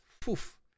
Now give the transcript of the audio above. Poof